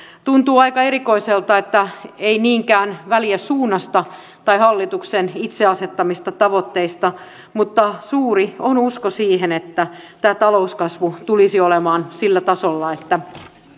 tuntuu aika erikoiselta että ei niinkään väliä suunnasta tai hallituksen itse asettamista tavoitteita mutta suuri on usko siihen että talouskasvu tulisi olemaan sillä tasolla että